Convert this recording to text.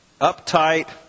uptight